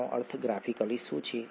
આનો અર્થ ગ્રાફિકલી શું છે